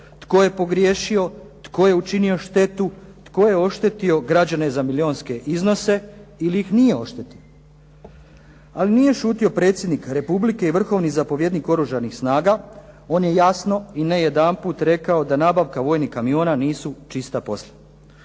tko je pogriješio, tko je učinio štetu, tko je oštetio građane za miliunske iznose ili ih nije oštetio. Ali nije šutio Predsjednik Republike i Vrhovni zapovjednik Oružanih snaga, on je jasno i ne jedanput rekao da nabavka vojnih kamiona nisu čista posla.